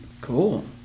Cool